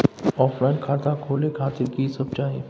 Offline खाता खोले खातिर की सब चाही?